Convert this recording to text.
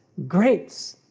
grapes,